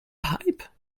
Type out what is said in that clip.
pipe